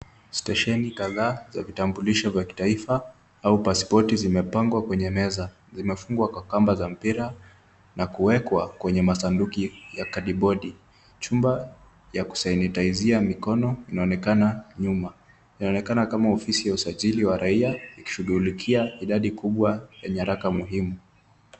Steshenikadhaa za kitambulisho za kitaifa au paspoti zimepangwa kwenye meza. Zimefungwa kwa kamba za mpira na kuwekwa kwenye masanduku ya kadibodi . Chumba ya kusanitizia mikono inaonekana nyuma. Inaonekana kama ofisi ya ya kushughulikia idadi kubwa ya nyaraka muhimu.